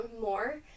more